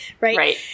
Right